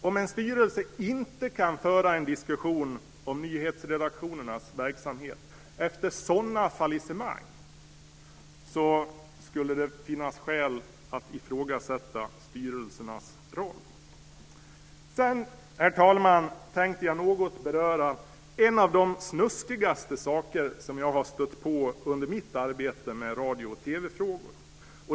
Om styrelsen inte tog upp en diskussion om nyhetsredaktionernas verksamhet efter ett sådant fallissemang skulle det finnas skäl att ifrågasätta styrelsernas roll. Sedan, herr talman, tänkte jag något beröra en av de snuskigaste saker som jag har stött på under mitt arbete med radio och TV-frågor.